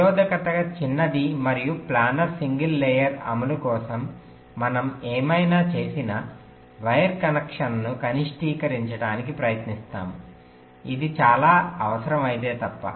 నిరోధకత చిన్నది మరియు ప్లానర్ సింగిల్ లేయర్ అమలు కోసం మనం ఏమైనా చేసినా వైర్ కనెక్షన్ను కనిష్టీకరించడానికి ప్రయత్నిస్తాము అది చాలా అవసరం ఐతే తప్ప